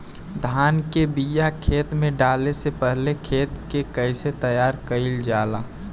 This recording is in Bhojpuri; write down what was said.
धान के बिया खेत में डाले से पहले खेत के कइसे तैयार कइल जाला?